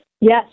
Yes